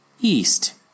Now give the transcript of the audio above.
east